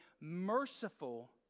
merciful